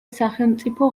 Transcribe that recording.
სახელმწიფო